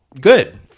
good